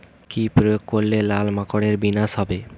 কি প্রয়োগ করলে লাল মাকড়ের বিনাশ হবে?